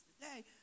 today